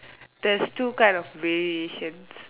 there's two kind of variations